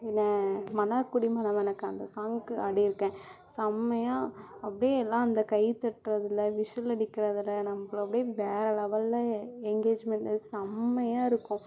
மன்னார்குடி மண மணக்க அந்த சாங்கு ஆடிருக்கேன் செம்மையாக அப்படியே எல்லா அந்த கை தட்டுறதில் விசில் அடிக்கிறதில் நம்ம அப்படியே வேற லெவலில் எங்கேஜிமெண்டு ஆகி செம்மையாக இருக்கும்